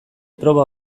proba